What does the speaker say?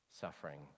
suffering